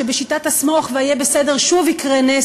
שבשיטת ה"סמוך" וה"יהיה בסדר" שוב יקרה נס,